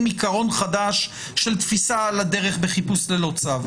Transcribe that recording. עיקרון חדש של תפיסה על הדרך בחיפוש ללא צו.